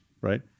right